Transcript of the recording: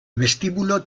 vestíbulo